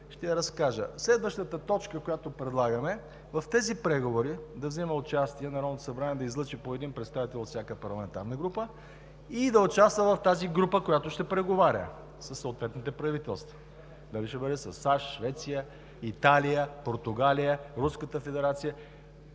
ще я разкажа. Следващата точка, която предлагаме, е в тези преговори да взима участие Народното събрание, да излъчи по един представител от всяка парламентарна група и да участва в тази група, която ще преговаря със съответните правителства, дали ще бъде със САЩ, Швеция, Италия, Португалия, Руската федерация,